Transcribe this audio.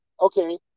okay